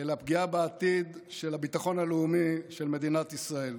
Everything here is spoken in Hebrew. אלא פגיעה בעתיד של הביטחון הלאומי של מדינת ישראל.